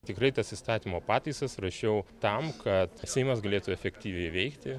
tikrai tas įstatymo pataisas rašiau tam kad seimas galėtų efektyviai veikti